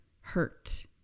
hurt